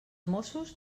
mossos